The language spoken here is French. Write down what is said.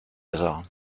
hasard